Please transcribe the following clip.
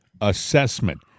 assessment